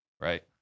right